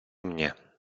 mnie